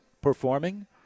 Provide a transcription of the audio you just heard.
performing